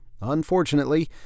Unfortunately